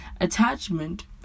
attachment